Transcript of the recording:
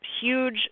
huge